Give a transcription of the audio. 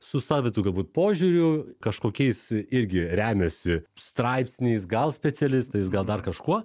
su savitu galbūt požiūriu kažkokiais irgi remiasi straipsniais gal specialistais gal dar kažkuo